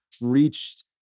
reached